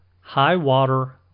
high-water